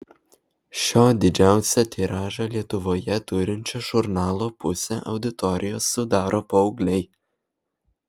šio didžiausią tiražą lietuvoje turinčio žurnalo pusę auditorijos sudaro paaugliai